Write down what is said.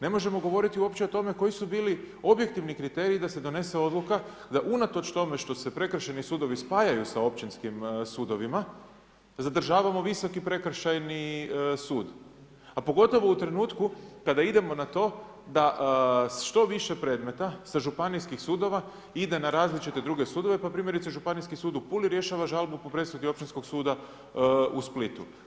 Ne možemo govoriti uopće o tome koji su bili objektivni kriteriji da se donese odluka da unatoč tome što se prekršajni sudovi spajaju sa općinskim sudovima zadržavamo Visoki prekršajni sud, a pogotovo u trenutku kada idemo na to da što više predmeta sa županijskih sudova ide na različite druge sudove pa primjerice Županijski sud u Puli rješava žalbu po presudi Općinskog suda u Splitu.